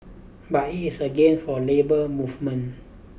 but it is a gain for labour movement